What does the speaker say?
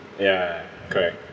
ya correct